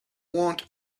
want